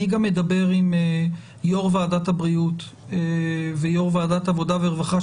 אני גם אדבר עם יו"ר ועדת הבריאות ויו"ר ועדת העבודה והרווחה,